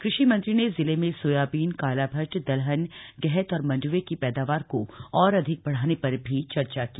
कृषि मंत्री ने जिले में सोयाबीन काला भट्ट दलहन गहत और मंडवे की पैदावार को और अधिक बढ़ाने पर भी चर्चा की